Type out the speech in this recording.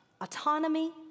autonomy